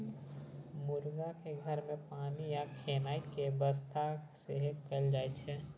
मुरगाक घर मे पानि आ खेनाइ केर बेबस्था सेहो कएल जाइत छै